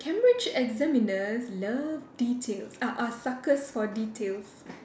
Cambridge examiners love details are are suckers for details